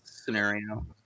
scenario